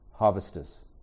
harvesters